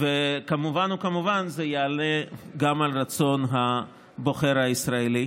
וכמובן כמובן זה יענה גם על רצון הבוחר הישראלי.